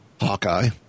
Hawkeye